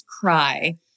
cry